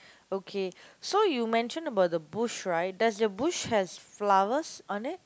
okay so you mentioned about the bush right does your bush has flowers on it